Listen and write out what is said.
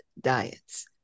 diets